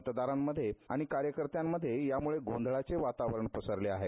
मतदारांमध्ये आणि कार्यकर्त्यांमध्ये यामुळे गोंधळाचे वातावरण पसरले आहेत